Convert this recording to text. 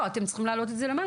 אתם צריכים להעלות את זה למעלה.